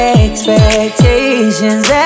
expectations